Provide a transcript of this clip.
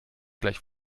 gleich